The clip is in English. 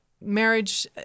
marriage